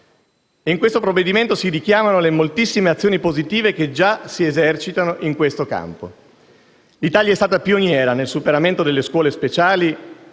in questo provvedimento si richiamano le tantissime azioni positive che già si esercitano in questo campo. L'Italia è stata pioniera nel superamento delle scuole speciali